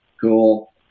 cool